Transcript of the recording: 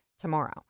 tomorrow